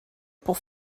pour